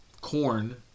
Corn